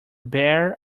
bare